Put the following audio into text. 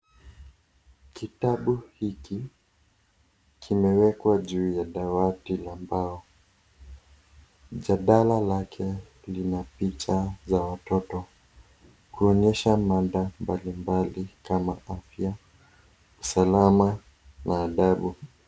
Kitabu hiki kimewekwa juu ya dawati la mbao. Jalada lake lina picha za watoto, kuonyesha mada mbali mbali kama afya, usalama na adabu.